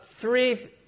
three